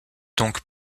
donc